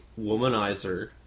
womanizer